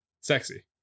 sexy